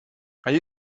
are